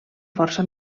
força